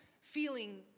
feeling